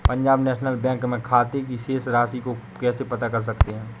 Punjab National Bank में खाते की शेष राशि को कैसे पता कर सकते हैं?